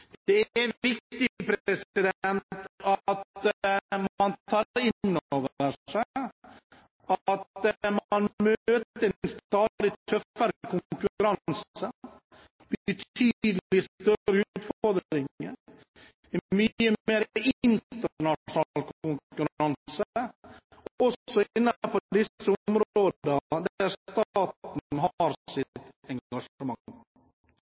Det er viktig at man tar inn over seg at man møter en stadig tøffere konkurranse og betydelig større utfordringer. Det er mye mer internasjonal konkurranse også innenfor disse områdene der staten har sitt engasjement.